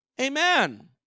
Amen